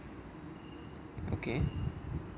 okay